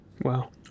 Wow